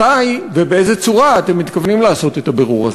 מתי ובאיזו צורה אתם מתכוונים לעשות את הבירור הזה?